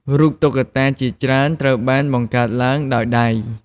រូបតុក្កតាជាច្រើនត្រូវបានបង្កើតឡើងដោយដៃ។